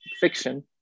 fiction